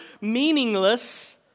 meaningless